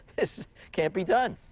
this can't be done.